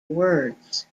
words